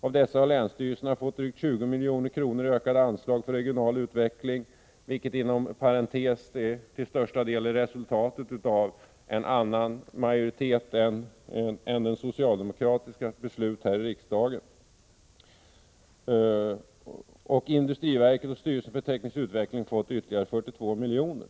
Av dessa har länsstyrelserna fått drygt 20 miljoner kronor i ökade anslag för regional utveckling,” — vilket inom parentes sagt till största delen är resultatet av beslut här i riksdagen fattade av en annan majoritet än den socialdemokratiska — ”lokaliseringsbidrag m m och industriverket och styrelsen för teknisk utveckling 42 miljoner kronor.